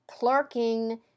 plurking